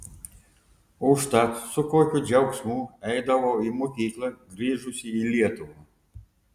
užtat su kokiu džiaugsmu eidavau į mokyklą grįžusi į lietuvą